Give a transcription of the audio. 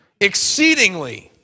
exceedingly